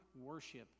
worship